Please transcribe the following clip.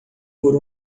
por